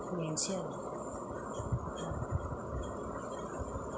मोनसे